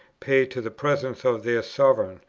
pay to the presence of their sovereign,